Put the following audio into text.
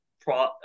pro